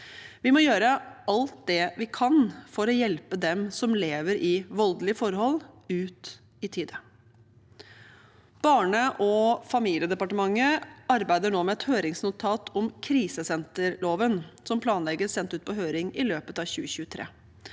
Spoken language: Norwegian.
Vi må gjøre alt vi kan for å hjelpe dem som lever i voldelige forhold, ut i tide. Barne- og familiedepartementet arbeider nå med et høringsnotat om krisesenterloven, som planlegges sendt ut på høring i løpet av 2023.